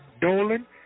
Dolan